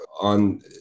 on